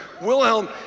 Wilhelm